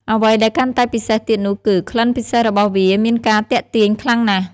អ្វីដែលកាន់តែពិសេសទៀតនោះគឺ ក្លិនពិសេសរបស់វាមានការទាក់ទាញខ្លាំងណាស់។